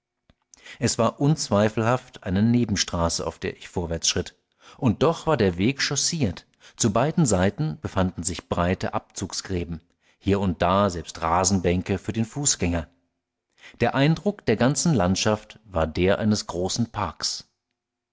es war unzweifelhaft eine nebenstraße auf der ich vorwärts schritt und doch war der weg chaussiert zu beiden seiten befanden sich breite abzugsgräben hier und da selbst rasenbänke für den fußgänger der eindruck der ganzen landschaft war der eines großen parks